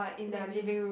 living